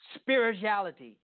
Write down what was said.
spirituality